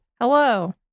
Hello